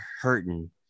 hurting